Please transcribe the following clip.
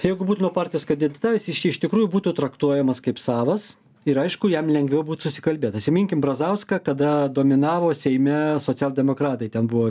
jeigu būtų nuo partijos kandidatavęs jis čia iš tikrųjų būtų traktuojamas kaip savas ir aišku jam lengviau būt susikalbėt atsiminkim brazauską kada dominavo seime socialdemokratai ten buvo